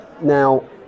Now